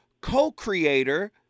co-creator